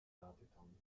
watertanden